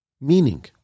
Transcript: Meaning